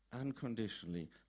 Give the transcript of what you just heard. unconditionally